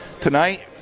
Tonight